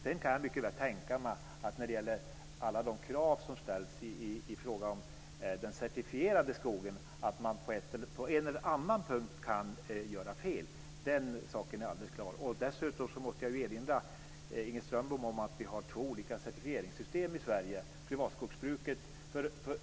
Sedan kan jag mycket väl tänka mig att när det gäller alla de krav som ställs i fråga om den certifierade skogen kan man på en och annan punkt göra fel. Den saken är alldeles klar. Dessutom måste jag erinra Inger Strömbom om att det finns två olika certifieringssystem i Sverige.